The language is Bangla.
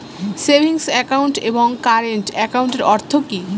সেভিংস একাউন্ট এবং কারেন্ট একাউন্টের অর্থ কি?